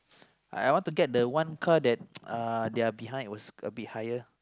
I want to get the one car that uh their behind it was a bit higher